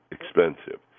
expensive